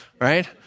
right